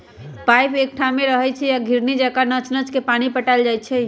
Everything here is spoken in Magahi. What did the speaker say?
पाइप एकठाम रहै छइ आ घिरणी जका नच नच के पानी पटायल जाइ छै